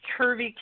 curvy